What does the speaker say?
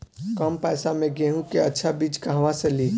कम पैसा में गेहूं के अच्छा बिज कहवा से ली?